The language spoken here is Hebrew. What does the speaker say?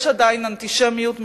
יש עדיין אנטישמיות מכוערת,